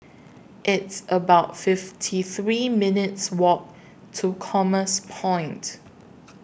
It's about fifty three minutes' Walk to Commerce Point